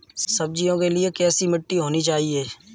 सब्जियों के लिए कैसी मिट्टी होनी चाहिए?